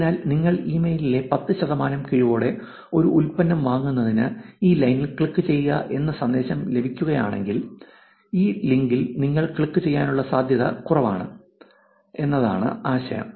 അതിനാൽ നിങ്ങൾക്ക് ഇമെയിലിലെ 10 ശതമാനം കിഴിവോടെ ഒരു ഉൽപ്പന്നം വാങ്ങുന്നതിന് ഈ ലൈനിൽ ക്ലിക്കുചെയ്യുക എന്ന് സന്ദേശം ലഭിക്കുകയാണെങ്കിൽ ഈ ലിങ്കിൽ നിങ്ങൾ ക്ലിക്കുചെയ്യാനുള്ള സാധ്യത കുറവാണ് എന്നതാണ് ആശയം